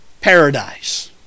paradise